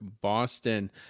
Boston